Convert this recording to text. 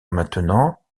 maintenant